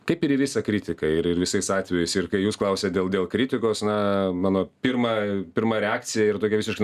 kaip ir į visą kritiką ir ir visais atvejais ir kai jūs klausiat dėl dėl kritikos na mano pirma pirma reakcija ir tokia visiškai